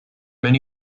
many